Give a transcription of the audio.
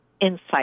insight